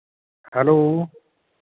hello